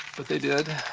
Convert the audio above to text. but they did,